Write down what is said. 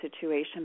situation